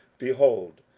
behold,